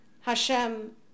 Hashem